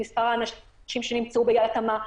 את מספר האנשים שנמצאו באי-התאמה,